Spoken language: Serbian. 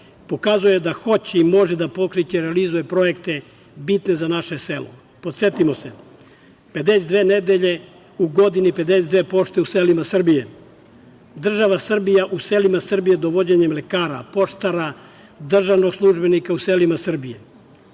pokazao je da hoće i može da pokreće i realizuje projekte bitne za naše selo. Podsetimo se – 52 nedelje u godini, 52 pošte u selima Srbije; Država Srbije u selima Srbije dovođenjem lekara, poštara, državnog službenika u selima Srbije;